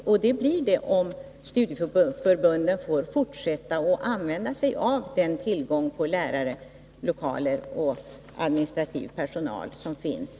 Det blir en mjuk övergång, om studieförbunden får fortsätta att använda sig av den tillgång på lärare, lokaler och administrativ personal som finns.